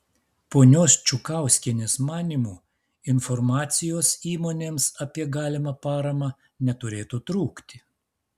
ponios čukauskienės manymu informacijos įmonėms apie galimą paramą neturėtų trūkti